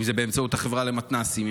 אם זה באמצעות החברה למתנ"סים,